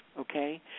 okay